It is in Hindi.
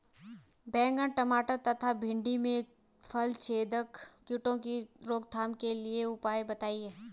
बैंगन टमाटर तथा भिन्डी में फलछेदक कीटों की रोकथाम के उपाय बताइए?